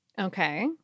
Okay